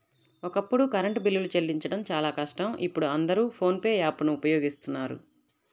ఒకప్పుడు కరెంటు బిల్లులు చెల్లించడం చాలా కష్టం ఇప్పుడు అందరూ ఫోన్ పే యాప్ ను వినియోగిస్తున్నారు